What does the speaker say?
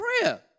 prayer